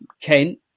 Kent